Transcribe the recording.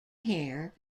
hair